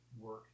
work